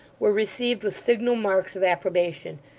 were received with signal marks of approbation,